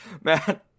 Man